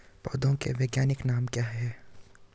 पौधों के वैज्ञानिक नाम क्या हैं?